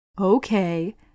Okay